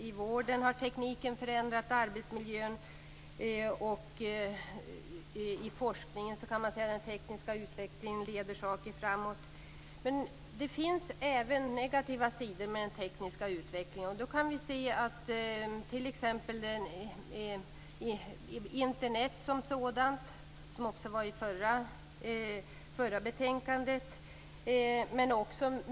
Tekniken har förändrat arbetsmiljön i vården. Den tekniska utvecklingen leder forskningen framåt. Det finns även negativa sidor med den tekniska utvecklingen. Där finns t.ex. Internet, som också diskuterades i samband med förra betänkandet.